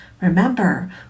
Remember